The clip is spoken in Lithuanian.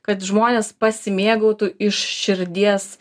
kad žmonės pasimėgautų iš širdies